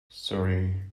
sorry